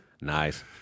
Nice